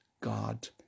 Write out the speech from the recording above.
God